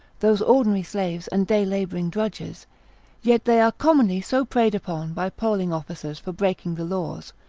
those ordinary slaves, and day-labouring drudges yet they are commonly so preyed upon by polling officers for breaking the laws,